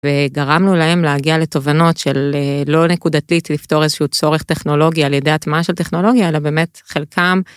וגרמנו להם להגיע לתובנות של - לא נקודתית לפתור איזשהו צורך טכנולוגי על ידי הטמעה של טכנולוגיה, אלא באמת חלקם.